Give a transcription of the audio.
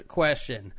question